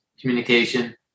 communication